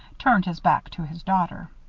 turned his back to his daughter.